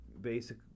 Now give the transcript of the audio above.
basic